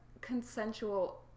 consensual